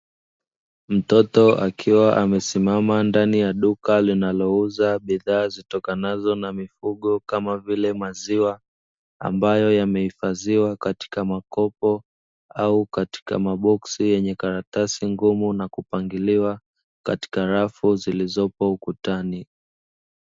Mtoto akiwa amesimama ndani ya duka linalouza bidhaa zitokanazo na mifugo kama vile: maziwa ambayo yamehifadhiwa katika makopo au katika maboksi yenye karatasi ngumu na kupangiliwa katika rafu zilizopo ukutani.